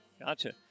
Gotcha